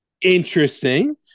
Interesting